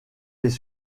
les